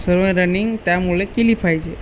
सर्व रनिंग त्यामुळे केली पाहिजे